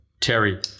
Terry